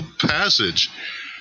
passage